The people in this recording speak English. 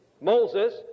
Moses